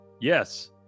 Yes